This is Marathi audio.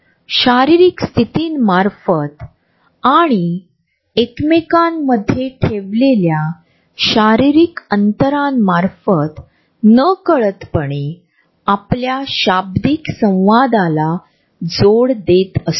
परिसराच्या आणि परिस्थितीनुसार वैयक्तिक जागा बदलते परंतु स्वेच्छेने ते केले जात नाही तर यामुळे खूप ताण निर्माण होऊ शकतो